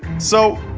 so,